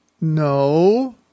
No